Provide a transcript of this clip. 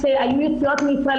יציאות מישראל,